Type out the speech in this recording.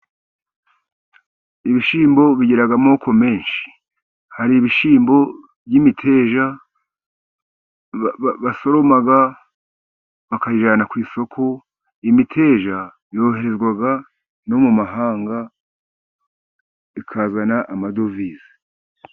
Ibishyimbo bigira amoko menshi, hari ibishyimbo by'imiteja ba basoroma, bakayijyana ku isoko, imiteja yoherezwa no mu mahanga, ikazana amadovize.